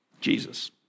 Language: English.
Jesus